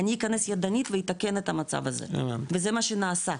אני אכנס ידנית ואתקן את המצב הזה וזה מה שנעשה.